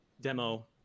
demo